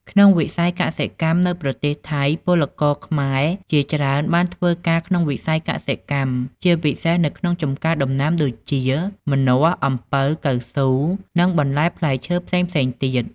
ក្នុងវិស័យសិកម្មនៅប្រទេសថៃពលករខ្មែរជាច្រើនបានធ្វើការក្នុងវិស័យកសិកម្ម ជាពិសេសនៅក្នុងចម្ការដំណាំដូចជា ម្នាស់ អំពៅ កៅស៊ូ និង បន្លែផ្លែឈើ ផ្សេងៗទៀត ។